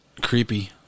creepy